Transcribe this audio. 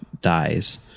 dies